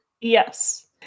Yes